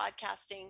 podcasting